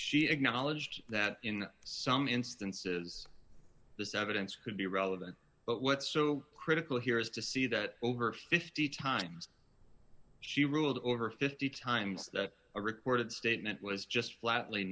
she acknowledged that in some instances this evidence could be relevant but what's so critical here is to see that over fifty times she ruled over fifty times that a recorded statement was just flat